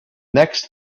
next